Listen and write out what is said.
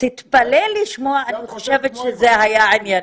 תתפלא לשמוע שאני חושבת שזה היה ענייני.